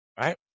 right